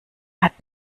hat